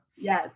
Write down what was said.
Yes